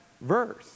verse